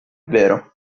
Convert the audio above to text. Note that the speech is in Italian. vero